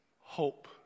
hope